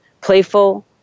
playful